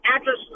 address